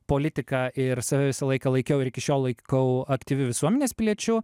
politika ir save visą laiką laikiau ir iki šiol laikau aktyviu visuomenės piliečiu